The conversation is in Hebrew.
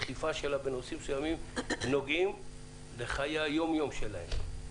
הדחיפה שלה בנושאים מסוימים נוגעים לחיי היום-יום שלהם.